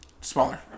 Smaller